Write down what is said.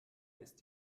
ist